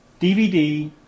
DVD